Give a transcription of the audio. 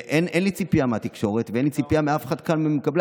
אין לי ציפייה מהתקשורת ואין לי ציפייה מאף אחד ממקבלי